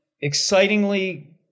excitingly